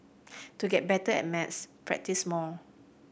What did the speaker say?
to get better at maths practise more